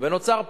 ונוצר פער.